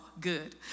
good